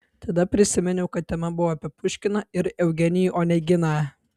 tada prisiminiau kad tema buvo apie puškiną ir eugenijų oneginą